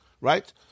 right